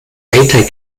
eiter